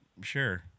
Sure